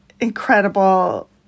incredible